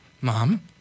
Mom